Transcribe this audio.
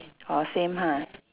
orh same ha